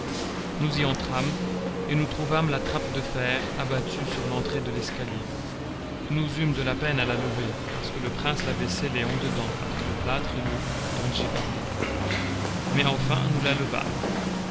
nous y entrâmes et nous trouvâmes la trappe de fer abattue sur l'entrée de l'escalier nous eûmes de la peine à la lever parce que le prince l'avait scellée en dedans avec le plâtre et l'eau dont j'ai parlé mais enfin nous la